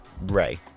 Ray